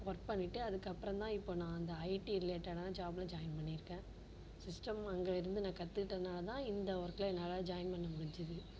work பண்ணிகிட்டு அதுக்கப்றம்தான் இப்போது நான் அந்த ஐடி ரிலேட்டடான ஜாப்பில் ஜாய்ன் பண்ணியிருக்கேன் சிஸ்டம் அங்கே இருந்து நான் கற்றுக்கிட்டதுனால தான் இந்த ஒர்க்கில் என்னால் ஜாய்ன் பண்ண முடிஞ்சுது